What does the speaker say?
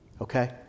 okay